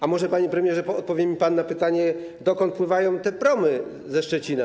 A może, panie premierze, odpowie mi pan na pytanie: Dokąd pływają te promy ze Szczecina?